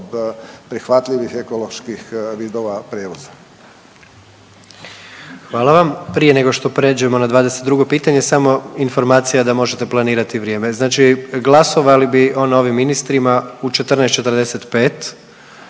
od prihvatljivih ekoloških vidova prijevoza. **Jandroković, Gordan (HDZ)** Hvala vam. Prije nego što prijeđemo na 22. pitanje samo informacija da možete planirati vrijeme. Znači glasovali bi o novim ministrima u 14,45.